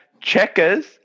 checkers